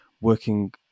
working